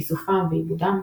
איסופם ועיבודם,